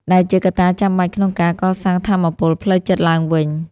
ដែលជាកត្តាចាំបាច់ក្នុងការកសាងថាមពលផ្លូវចិត្តឡើងវិញ។